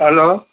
hello